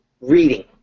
Reading